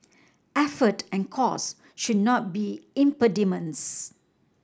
effort and cost should not be impediments